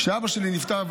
כשאבא שלי נפטר,